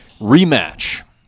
rematch